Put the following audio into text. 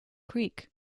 creek